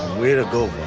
way to go